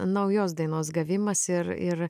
naujos dainos gavimas ir ir